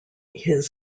his